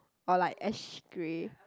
or like ash grey